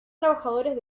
trabajadores